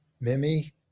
Mimi